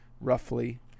roughly